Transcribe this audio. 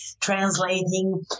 translating